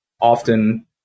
often